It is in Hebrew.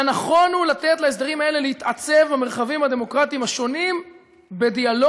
והנכון הוא לתת להסדרים האלה להתעצב במרחבים הדמוקרטיים השונים בדיאלוג,